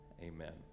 Amen